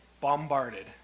bombarded